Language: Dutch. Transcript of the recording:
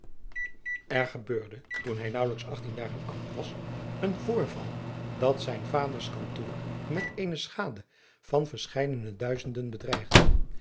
er gebeurde toen hij naauwelijks achttien jaren oud was een voorval dat zijns vaders kantoor met eene schade van verscheiden duizenden bedreigde